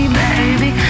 baby